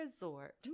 Resort